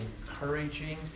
encouraging